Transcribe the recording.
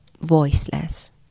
voiceless